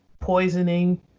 poisoning